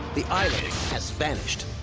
the island has vanished.